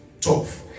tough